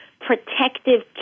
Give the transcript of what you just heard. protective